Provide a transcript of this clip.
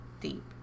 deep